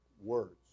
words